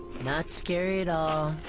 not scary at all,